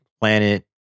planet